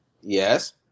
Yes